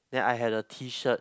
then I had a T-shirt